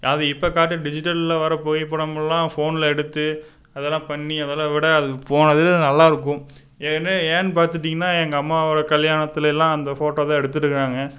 அது இப்போ காட்டுகிற டிஜிட்டலில் வர புகைப்படம் எல்லா ஃபோனில் எடுத்து அதெலாம் பண்ணி அதெலாம் விட அது போனது நல்லாயிருக்கும் ஏன்னே ஏன்னெனு பார்த்துட்டீங்கன்னா எங்கள் அம்மாவோட கல்யாணத்தில் எல்லாம் அந்த ஃபோட்டோ தான் எடுத்திருக்காங்க